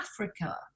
Africa